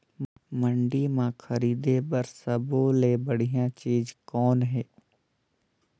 मंडी म खरीदे बर सब्बो ले बढ़िया चीज़ कौन हे?